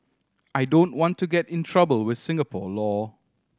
I don't want to get in trouble with Singapore law